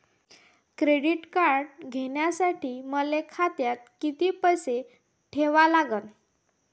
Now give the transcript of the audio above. Credit card घ्यासाठी मले खात्यात किती पैसे ठेवा लागन?